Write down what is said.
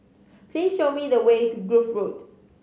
please show me the way to Grove Road